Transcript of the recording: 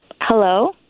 Hello